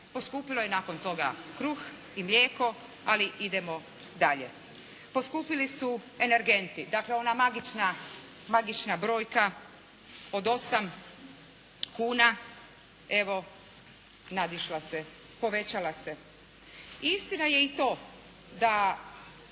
Poskupilo je nakon toga kruh i mlijeko. Ali idemo dalje. Poskupili su energenti. Dakle ona magična, magična brojka od 8 kuna evo nadišla se, povećala se. Istina je i to da